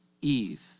Eve